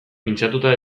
pintxatuta